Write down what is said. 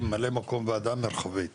ממלא מקום ועדה מרחבית